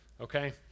Okay